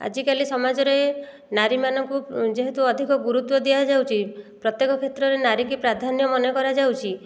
ଆଜିକାଲି ସମାଜରେ ନାରୀମାନଙ୍କୁ ଯେହେତୁ ଅଧିକ ଗୁରୁତ୍ଵ ଦିଆଯାଉଛି ପ୍ରତ୍ୟେକ କ୍ଷେତ୍ରରେ ନାରୀକି ପ୍ରାଧାନ୍ୟ ମନେ କରାଯାଉଛି